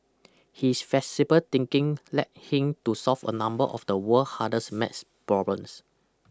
his flexible thinking led him to solve a number of the world hardest maths problems